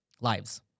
lives